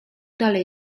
dalej